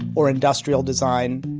or industrial design.